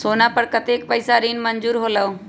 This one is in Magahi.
सोना पर कतेक पैसा ऋण मंजूर होलहु?